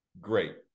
great